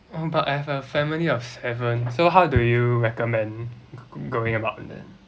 um but I have a family of seven so how do you recommend going about then